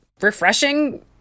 refreshing